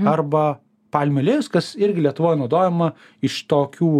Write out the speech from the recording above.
arba palmių aliejus kas irgi lietuvoj naudojama iš tokių